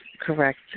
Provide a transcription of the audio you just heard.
correct